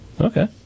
Okay